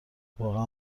واقعا